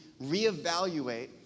reevaluate